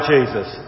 Jesus